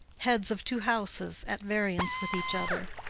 heads of two houses at variance with each other.